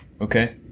Okay